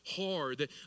Hard